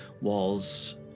walls